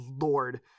lord